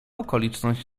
okoliczność